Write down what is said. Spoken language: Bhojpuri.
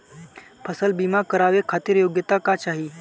फसल बीमा करावे खातिर योग्यता का चाही?